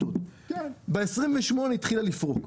ב-28 התחילה לפרוק.